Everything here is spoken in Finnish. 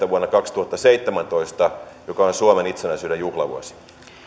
vuonna kaksituhattaseitsemäntoista joka on suomen itsenäisyyden juhlavuosi